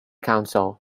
council